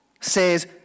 says